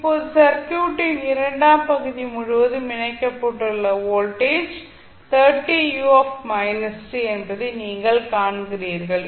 இப்போது சர்க்யூட்டின் இரண்டாம் பகுதி முழுவதும் இணைக்கப்பட்டுள்ள வோல்டேஜ் என்பதை நீங்கள் காண்கிறீர்கள்